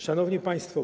Szanowni Państwo!